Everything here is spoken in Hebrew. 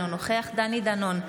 אינו נוכח דני דנון,